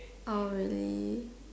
oh really